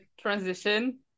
transition